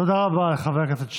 תודה רבה לחבר הכנסת שיין.